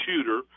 shooter